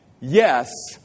Yes